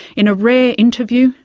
in a rare interview,